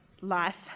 life